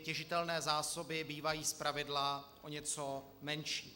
Těžitelné zásoby bývají zpravidla o něco menší.